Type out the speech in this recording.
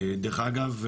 דרך אגב,